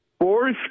fourth